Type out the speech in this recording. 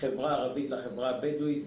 החברה הערבית לחברה הבדואית,